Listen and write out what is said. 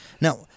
now